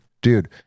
dude